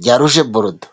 rya ruje borudo.